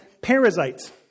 parasites